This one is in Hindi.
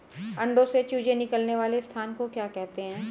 अंडों से चूजे निकलने वाले स्थान को क्या कहते हैं?